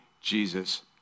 Jesus